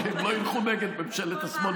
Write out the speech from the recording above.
הרי לא ילכו נגד ממשלת השמאל.